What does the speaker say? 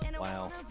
Wow